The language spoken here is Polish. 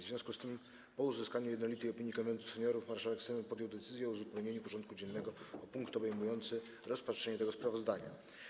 W związku z tym, po uzyskaniu jednolitej opinii Konwentu Seniorów, marszałek Sejmu podjął decyzję o uzupełnieniu porządku dziennego o punkt obejmujący rozpatrzenie tego sprawozdania.